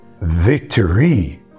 victory